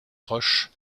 proches